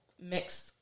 mix